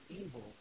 evil